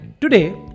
Today